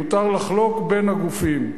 מותר לחלוק בין הגופים,